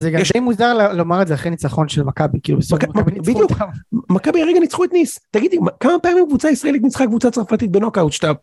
זה גם די מוזר לומר את זה אחרי ניצחון של מכבי, כאילו מכבי עכשיו ניצחו אותך, מכבי הרגע ניצחו את ניס, תגיד לי כמה פעמים קבוצה ישראלית ניצחה קבוצה צרפתית בנוקאוט שאתה..